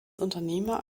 unternehmer